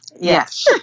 Yes